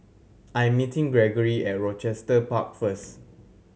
I'm meeting Gregory at Rochester Park first